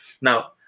Now